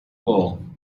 ball